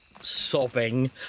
sobbing